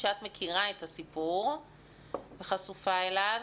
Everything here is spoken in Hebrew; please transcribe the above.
שאת מכירה את הסיפור וחשופה אליו.